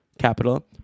capital